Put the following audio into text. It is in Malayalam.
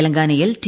തെലങ്കാനയിൽ ടി